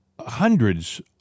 hundreds